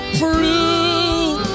prove